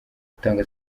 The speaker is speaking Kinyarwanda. gutanga